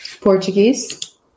Portuguese